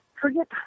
forget